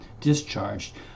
discharged